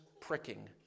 pricking